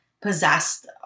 possessed